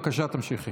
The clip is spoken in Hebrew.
בבקשה, תמשיכי.